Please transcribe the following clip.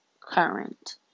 current